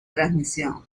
transmisión